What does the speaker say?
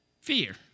fear